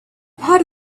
part